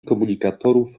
komunikatorów